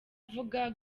avuga